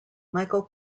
michael